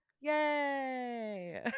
Yay